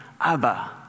Abba